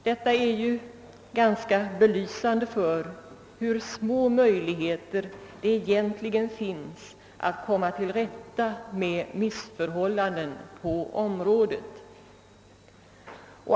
Detta är ganska belysande för hur små möjligheter som det egentligen finns att komma till rätta med missförhållanden på området.